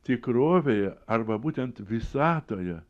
tikrovėje arba būtent visatoje